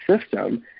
system